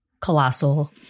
colossal